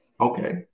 Okay